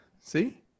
see